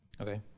Okay